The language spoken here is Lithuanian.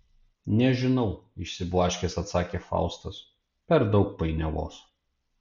nežinau išsiblaškęs atsakė faustas per daug painiavos